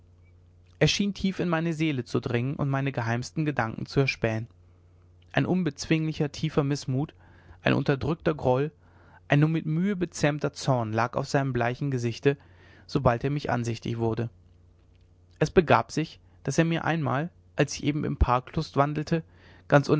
schien tief in meine seele zu dringen und meine geheimste gedanken zu erspähen ein unbezwinglicher tiefer mißmut ein unterdrückter groll ein nur mit mühe bezähmter zorn lag auf seinem bleichen gesichte sobald er mich ansichtig wurde es begab sich daß er mir einmal als ich eben im park lustwandelte ganz